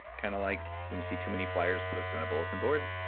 kind of like when you see too many fliers posted on a bulletin board,